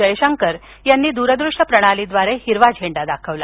जयशंकर यांनी दूरदृश्य प्रणालीद्वारे हिरवा झेंडा दाखवला